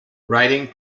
writing